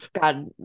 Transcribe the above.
god